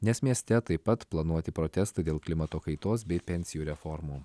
nes mieste taip pat planuoti protestą dėl klimato kaitos bei pensijų reformų